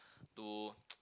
to